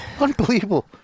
Unbelievable